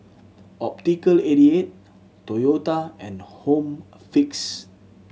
Optical Eighty Eight Toyota and Home Fix